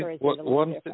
One